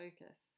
focus